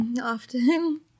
often